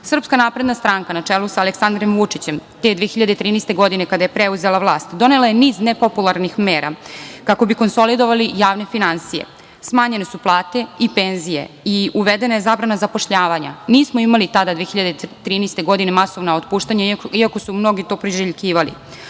Srpska napredna stranka na čelu sa Aleksandrom Vučićem te 2013. godine kada je preuzela vlast, donela je niz nepopularnih mera kako bi konsolidovali javne finansije. Smanjene su plate i penzije i uvedena je zabrana zapošljavanja. Nismo imali tada, 2013. godine masovna otpuštanja iako su mnogi to priželjkivali.